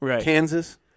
Kansas